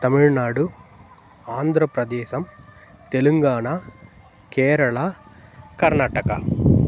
தமிழ்நாடு ஆந்திரப்பிரதேசம் தெலுங்கானா கேரளா கர்நாடகா